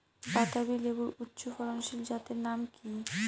বাতাবি লেবুর উচ্চ ফলনশীল জাতের নাম কি?